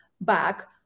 back